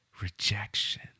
Rejection